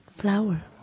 flower